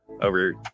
over